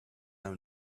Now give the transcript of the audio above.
own